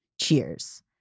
Cheers